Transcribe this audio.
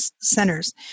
centers